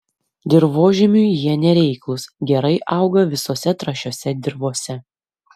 dirvožemiui jie nereiklūs gerai auga visose trąšiose dirvose